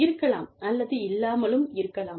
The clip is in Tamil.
இருக்கலாம் அல்லது இல்லாமலும் இருக்கலாம்